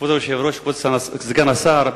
כבוד היושב-ראש, כבוד סגן השר,